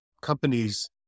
companies